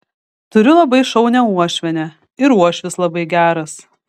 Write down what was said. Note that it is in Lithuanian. turiu labai šaunią uošvienę ir uošvis labai geras